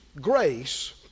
grace